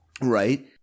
right